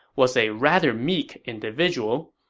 was a rather meek individual.